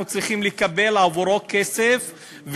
אנחנו צריכים לקבל עבורו כסף,